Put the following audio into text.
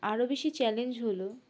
আরও বেশি চ্যালেঞ্জ হলো